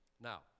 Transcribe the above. Now